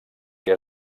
què